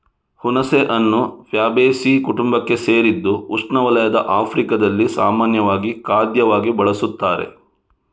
ಹುಣಸೆಹಣ್ಣು ಫ್ಯಾಬೇಸೀ ಕುಟುಂಬಕ್ಕೆ ಸೇರಿದ್ದು ಉಷ್ಣವಲಯದ ಆಫ್ರಿಕಾದಲ್ಲಿ ಸಾಮಾನ್ಯ ಖಾದ್ಯವಾಗಿ ಬಳಸುತ್ತಾರೆ